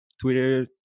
Twitter